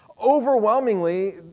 Overwhelmingly